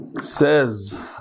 Says